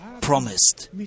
promised